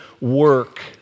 work